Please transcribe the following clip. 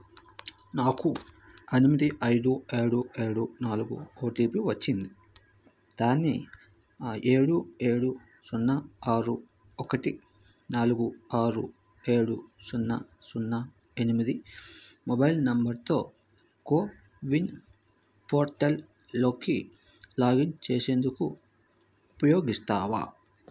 నాకు ఎనిమిది ఐదు ఏడు ఏడు నాలుగు ఓటీపీ వచ్చింది దాన్ని ఏడు ఏడు సున్నా ఆరు ఒకటి నాలుగు ఆరు ఏడు సున్నా సున్నా ఎనిమిది మొబైల్ నంబర్తో కోవిన్ పోర్టల్లోకి లాగిన్ చేసేందుకు ఉపయోగిస్తావా